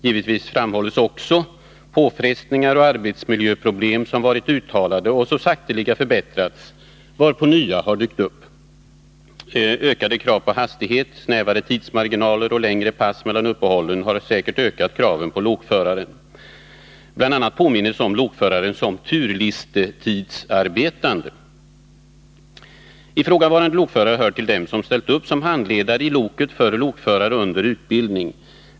Givetvis framhölls också påfrestningar och arbetsmiljöproblem som varit uttalade och som så sakteliga minskat, varpå nya hade uppstått: Ökade krav på hastighet, snävare tidsmarginaler och längre pass mellan uppehållen har säkert ökat kraven på lokföraren. Bl. a. påminde man om lokföraren som turlistetidsarbetande. Ifrågavarande lokförare hör till dem som ställt upp som handledare i loket för lokförare under utbildning.